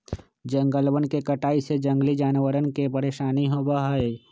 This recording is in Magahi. जंगलवन के कटाई से जंगली जानवरवन के परेशानी होबा हई